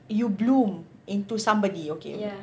you bloom into somebody okay